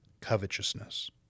covetousness